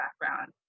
background